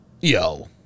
Yo